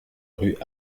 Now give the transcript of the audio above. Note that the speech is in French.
rue